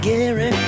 Gary